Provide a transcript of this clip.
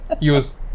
Use